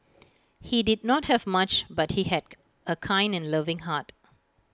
he did not have much but he had A kind and loving heart